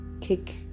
kick